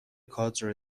کادر